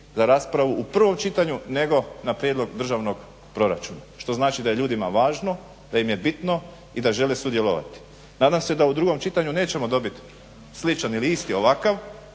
za raspravu u prvom čitanju nego na prijedlog državnog proračuna što znači da je ljudima važno, da im je bitno i da žele sudjelovati. Nadam se da u drugom čitanju nećemo dobiti sličan ili isti ovakav